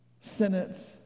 sentence